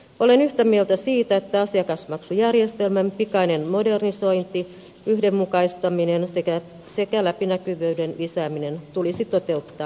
olen yhtä mieltä siitä että asiakasmaksujärjestelmän pikainen modernisointi yhdenmukaistaminen sekä läpinäkyvyyden lisääminen tulisi toteuttaa pikaisesti